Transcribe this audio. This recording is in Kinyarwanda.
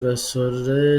gasore